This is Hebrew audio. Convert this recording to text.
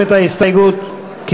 ההסתייגויות בעמודים 87 88. התוצאות: בעד,